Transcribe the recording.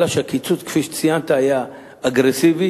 אלא שהקיצוץ כפי שציינת היה אגרסיבי,